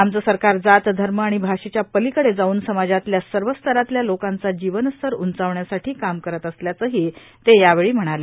आपलं सरकार जात धर्म आणि आषेच्या पलिकडे जाऊन समाजातल्या सर्व स्तरातल्या लोकांचा जीवनस्तर उंचावण्यासाठी काम करत असल्याचंही ते यावेळी म्हणाले